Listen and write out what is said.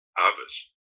others